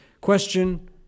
question